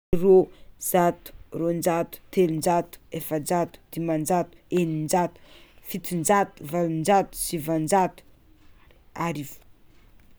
Zero, zato, roanjato, telonjato, efajato, dimanjato, eninjato, fitonjato, valonjato, sivinjato, arivo.